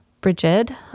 Brigid